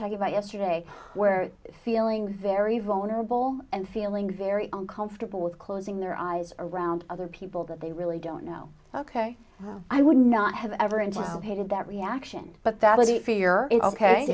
talking about yesterday where feeling very vulnerable and feeling very uncomfortable with closing their eyes around other people that they really don't know ok i would not have ever anticipated that reaction but that